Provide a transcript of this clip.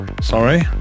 Sorry